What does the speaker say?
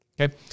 okay